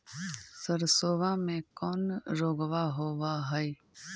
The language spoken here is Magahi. सरसोबा मे कौन रोग्बा होबय है?